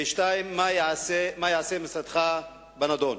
2. מה יעשה משרדך בנדון?